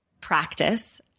practice